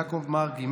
יעקב מרגי,